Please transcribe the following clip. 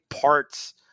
parts